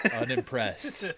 unimpressed